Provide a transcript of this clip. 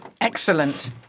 Excellent